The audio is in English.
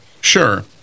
Sure